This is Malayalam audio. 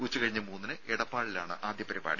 ഉച്ചകഴിഞ്ഞ് മൂന്നിന് എടപ്പാളിലാണ് ആദ്യപരിപാടി